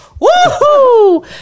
woo-hoo